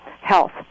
health